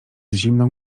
zimną